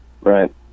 Right